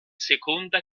seconda